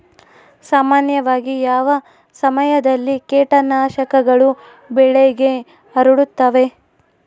ಸಾಮಾನ್ಯವಾಗಿ ಯಾವ ಸಮಯದಲ್ಲಿ ಕೇಟನಾಶಕಗಳು ಬೆಳೆಗೆ ಹರಡುತ್ತವೆ?